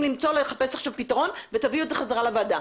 לחפש עכשיו פתרון ותביאו את זה בחזרה לוועדה.